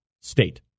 state